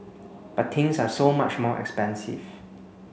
but things are so much more expensive